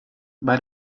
but